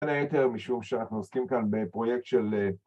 בין היתר משום שאנחנו עוסקים כאן ‫בפרויקט של...